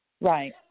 right